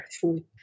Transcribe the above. food